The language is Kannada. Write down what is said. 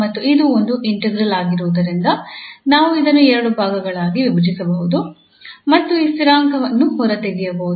ಮತ್ತು ಇದು ಒಂದು ಇಂಟಿಗ್ರಾಲ್ ಆಗಿರುವುದರಿಂದ ನಾವು ಅದನ್ನು ಎರಡು ಭಾಗಗಳಾಗಿ ವಿಭಜಿಸಬಹುದು ಮತ್ತು ಈ ಸ್ಥಿರಾಂಕವನ್ನು ಹೊರತೆಗೆಯಬಹುದು